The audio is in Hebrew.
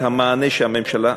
שכן המענה שהממשלה,